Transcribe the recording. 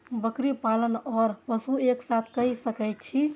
बकरी पालन ओर पशु एक साथ कई सके छी?